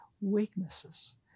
weaknesses